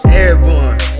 airborne